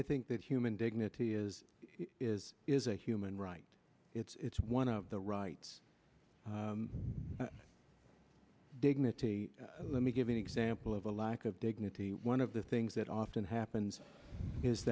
i think that human dignity is is is a human right it's one of the rights of dignity let me give an example of a lack of dignity one of the things that often happens is